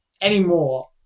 anymore